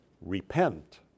repent